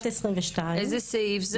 איזה סעיף זה?